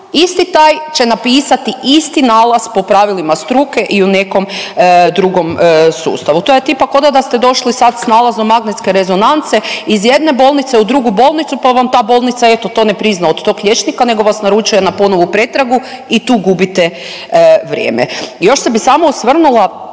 isti taj će napisati isti nalaz po pravilima struke i u nekom drugom sustavu. To je tipa ko' da da ste došli sad sa nalazom magnetske rezonance iz jedne bolnice u drugu bolnicu, pa vam ta bolnica eto to ne prizna od tog liječnika, nego vas naručuje na ponovu pretragu i tu gubite vrijeme. Još se bi samo osvrnula